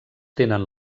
tenen